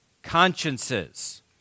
consciences